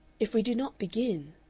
if we do not begin